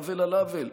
עוול על עוול: